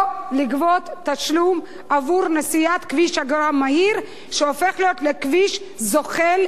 לא לגבות תשלום עבור נסיעת כביש אגרה מהיר שהופך להיות לכביש זוחל,